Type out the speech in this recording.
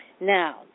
Now